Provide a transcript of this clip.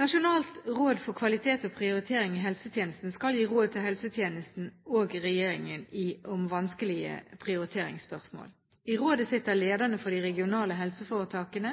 Nasjonalt råd for kvalitet og prioritering i helsetjenesten skal gi råd til helsetjenesten og regjeringen om vanskelige prioriteringsspørsmål. I rådet sitter lederne for de regionale helseforetakene,